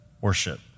worship